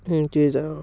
ত্ৰিছ হাজাৰ অ'